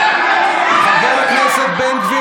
חבר הכנסת בן גביר,